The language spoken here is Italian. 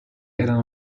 erano